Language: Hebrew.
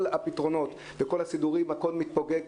כל הפתרונות וכל הסידורים הכול מתפוגג.